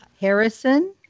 Harrison